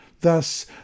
Thus